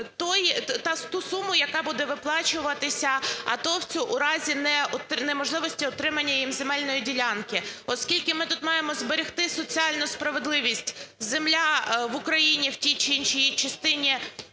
Ту суму, яка буде виплачуватися атовцю у разі неможливості отримання їм земельної ділянки. Оскільки ми тут маємо зберегти соціальну справедливість: земля в Україні в ті чи іншій її частині